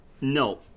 No